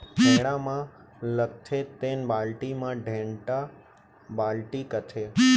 टेड़ा म लगथे तेन बाल्टी ल टेंड़ा बाल्टी कथें